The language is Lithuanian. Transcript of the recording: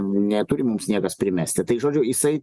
neturi mums niekas primesti tai žodžiu jisai